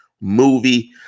movie